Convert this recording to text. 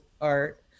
art